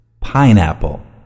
pineapple